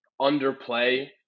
underplay